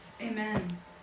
Amen